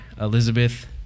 Elizabeth